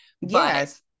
yes